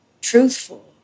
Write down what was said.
truthful